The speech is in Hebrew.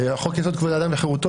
בחוק יסוד: כבוד האדם וחירותו,